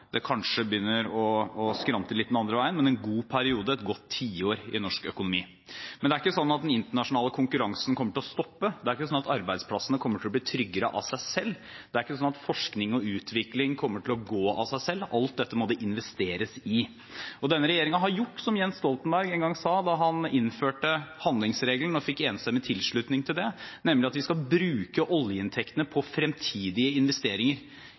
det kanskje begynner å skrante litt den andre veien, men det har vært en god periode – et godt tiår – i norsk økonomi. Men det er ikke slik at den internasjonale konkurransen kommer til å stoppe. Det er ikke slik at arbeidsplassene kommer til å bli tryggere av seg selv. Det ikke slik at forskning og utvikling kommer til å gå av seg selv. Alt dette må det investeres i. Og denne regjeringen har gjort som Jens Stoltenberg engang sa, da han innførte handlingsregelen og fikk enstemmig tilslutning til det, nemlig at vi skal bruke oljeinntektene på fremtidige investeringer